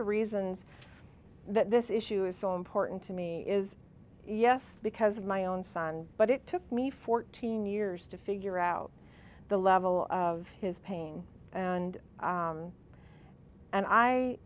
the reasons that this issue is so important to me is yes because of my own son but it took me fourteen years to figure out the level of his pain and and i